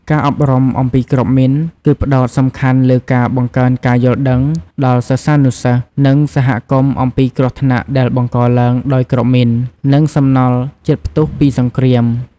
ការអប់រំអំពីគ្រាប់មីន គឺផ្ដោតសំខាន់លើការ បង្កើនការយល់ដឹង ដល់សិស្សានុសិស្ស និងសហគមន៍អំពីគ្រោះថ្នាក់ដែលបង្កឡើងដោយគ្រាប់មីន និងសំណល់ជាតិផ្ទុះពីសង្គ្រាម។